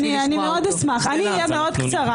אני מאוד אשמח, אני אהיה מאוד קצרה.